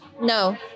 No